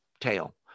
tail